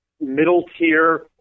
middle-tier